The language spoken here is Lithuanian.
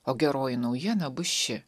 o geroji naujiena bus ši